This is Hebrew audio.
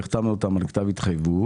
והחתמנו אותם על כתב התחייבות,